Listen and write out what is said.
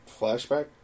flashback